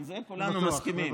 לזה כולנו מסכימים.